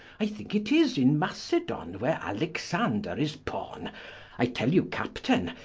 i thinke it is in macedon where alexander is porne i tell you captaine,